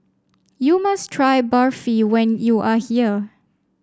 you must try Barfi when you are here